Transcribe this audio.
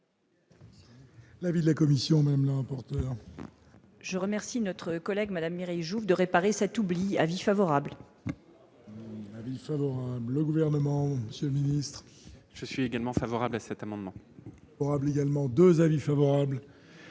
L'avis de la commission même l'emporte. Je remercie notre collègue, Madame Mireille Jouve de réparer cet oubli avis favorable. Avis favorable au gouvernement, Monsieur le Ministre. Je suis également favorable à cet amendement. Or, avait également 2 avis favorables.